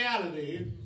reality